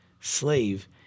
slave